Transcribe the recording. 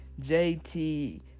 JT